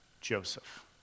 Joseph